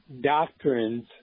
doctrines